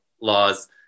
laws